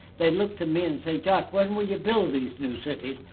they look to me and say jacque, when will you build these new cities?